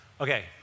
Okay